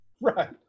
Right